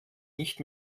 nicht